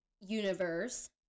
universe